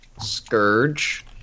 Scourge